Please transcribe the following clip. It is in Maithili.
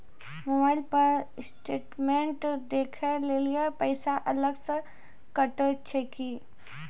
मोबाइल पर स्टेटमेंट देखे लेली पैसा अलग से कतो छै की?